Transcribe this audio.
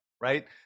right